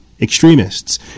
extremists